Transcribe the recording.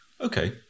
Okay